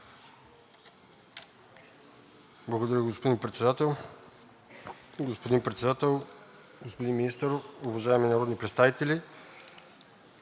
Благодаря, господин Председател. Господин Председател, господин Министър, уважаеми народни представители!